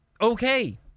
okay